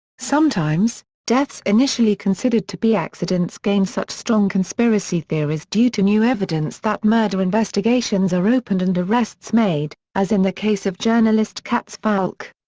sometimes, deaths initially considered to be accidents gain such strong conspiracy theories due to new evidence that murder investigations are opened and arrests made, as in the case of journalist cats falck.